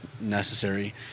necessary